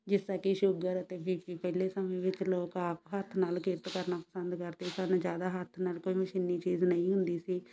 ਜਿਸ ਤਰ੍ਹਾਂ ਕਿ ਸ਼ੂਗਰ ਅਤੇ ਬੀ ਪੀ ਪਹਿਲੇ ਸਮੇਂ ਵਿੱਚ ਲੋਕ ਆਪ ਹੱਥ ਨਾਲ ਕਿਰਤ ਕਰਨਾ ਪਸੰਦ ਕਰਦੇ ਸਨ ਜ਼ਿਆਦਾ ਹੱਥ ਨਾਲ ਕੋਈ ਮਸ਼ੀਨੀ ਚੀਜ਼ ਨਹੀਂ ਹੁੰਦੀ ਸੀ